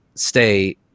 stay